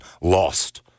lost